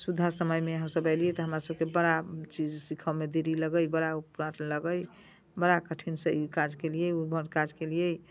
शुद्धा समय मे हमसब एलियै तऽ हमरा सबके बड़ा चीज सीखऽ मे देरी लगै बड़ा उत्पात लागल बड़ा कठिन सँ ई काज केलियै ओ काज केलियै